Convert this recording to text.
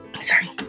Sorry